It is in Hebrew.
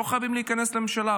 לא חייבים להיכנס לממשלה,